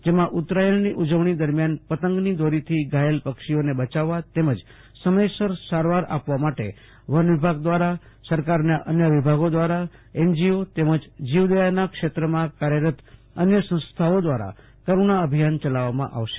જેમાં ઉત્તરાયણની ઉજવણી દરમિયાન પતંગની દોરીથી ઘાયલ પક્ષીઓને બયાવવા તેમજ સમયસર સારવાર આપવા માટે વનવિભાગ દ્વારા સરકારના અન્ય વિભાગો દ્વારા એનજીઓ તેમજ જીવદયાના ક્ષેત્રમાં કામ કરતી અન્ય સંસ્થાઓ દ્વારા કરુણા અભિયાન યાલવામાં આવશે